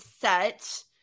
set